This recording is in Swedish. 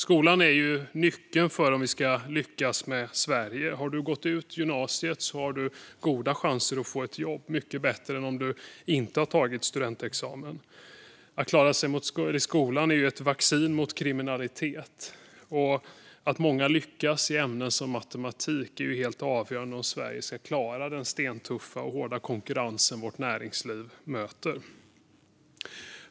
Skolan är nyckeln till att vi ska lyckas med Sverige. Har man gått ut gymnasiet har man goda chanser att få jobb, mycket bättre än om man inte tagit studentexamen. Att klara sig i skolan är ett vaccin mot kriminalitet. Att många lyckas i ämnen som matematik är helt avgörande för om Sverige ska klara den stentuffa och hårda konkurrens som vårt näringsliv möter.